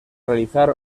realizar